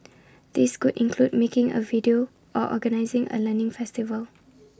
these could include making A video or organising A learning festival